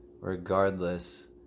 regardless